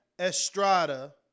Estrada